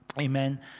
Amen